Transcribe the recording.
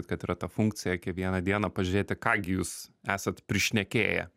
kad yra ta funkcija kiekvieną dieną pažiūrėti ką gi jūs esat prišnekėję